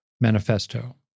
manifesto